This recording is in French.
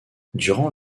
durant